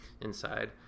Inside